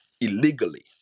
illegally